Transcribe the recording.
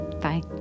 Bye